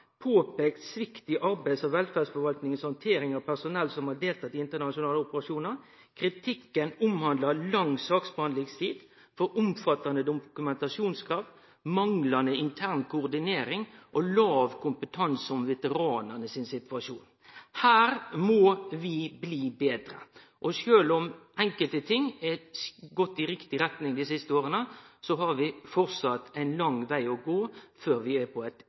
på svikt i arbeids- og velferdsforvaltninga si handtering av personell som har deltatt i internasjonale operasjonar. Kritikken handlar om lang saksbehandlingstid, for omfattande dokumentasjonskrav, manglande intern koordinering og låg kompetanse om veteranane sin situasjon. Her må vi bli betre. Sjølv om enkelte ting har gått i riktig retning dei siste åra, har vi framleis ein lang veg å gå før vi er på eit